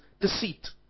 deceit